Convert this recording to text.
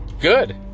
good